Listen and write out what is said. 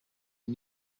new